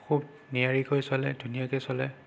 খুব নিয়াৰিকৈ চলে ধুনীয়াকৈ চলে